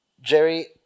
Jerry